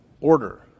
order